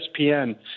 ESPN